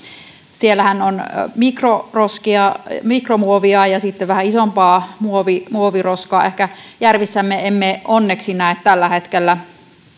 siellähän on mikroroskia mik romuovia ja sitten vähän isompaa muoviroskaa ehkä järvissämme emme onneksi näe tällä hetkellä